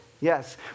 yes